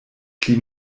pli